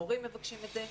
מורים מבקשים את זה.